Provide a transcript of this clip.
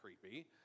creepy